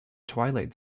twilight